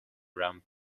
around